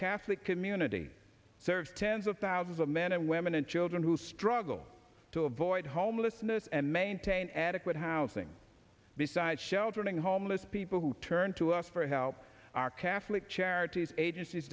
catholic community serves tens of thousands of men and women and children who struggle to avoid homelessness and maintain adequate housing besides sheltering homeless people who turn to us for help our catholic charities agencies